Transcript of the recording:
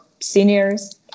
seniors